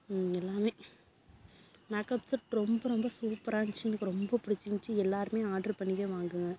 எல்லாமே makeup set ரொம்ப ரொம்ப சூப்பராக இருந்துச்சு எனக்கு ரொம்ப பிடிச்சிருந்துச்சி எல்லாேருமே ஆர்ட்ரு பண்ணியே வாங்குங்க